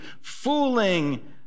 fooling